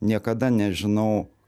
niekada nežinau